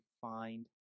find